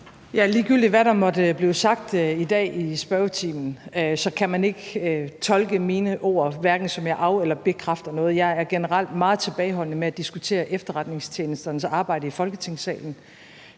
Ligegyldigt hvad der måtte blive sagt i dag i spørgetimen, kan man ikke tolke mine ord, som at jeg af- eller bekræfter noget. Jeg er generelt meget tilbageholdende med at diskutere efterretningstjenesternes arbejde i Folketingssalen.